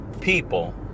people